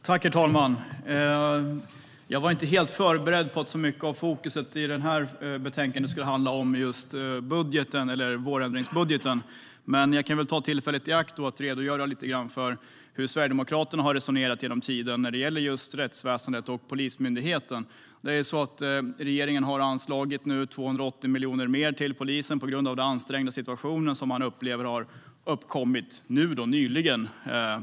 Herr talman! Jag var inte helt förberedd på att så mycket fokus i betänkandet skulle ligga på vårändringsbudgeten, men jag kan ta tillfället i akt och redogöra lite för hur Sverigedemokraterna har resonerat genom tiden när det gäller rättsväsendet och Polismyndigheten. Regeringen har nu anslagit 280 miljoner mer till polisen på grund av den ansträngda situation som man upplever har uppkommit nyligen.